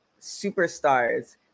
superstars